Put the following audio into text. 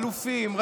אלופים,